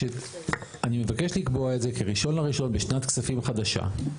שאני מבקש לקבוע את זה כ-1.1 בשנת כספים חדשה.